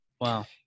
Wow